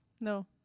No